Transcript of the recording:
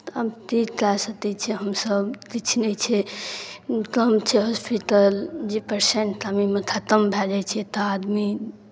आब की कऽ सकै छियै हमसभ किछु नहि छै कम छै हॉस्पिटल जे पेशेंट गाँवएमे खतम भए जाइ छै एतय आदमी